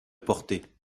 porter